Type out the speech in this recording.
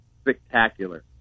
spectacular